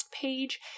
page